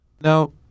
Now